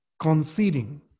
conceding